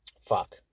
fuck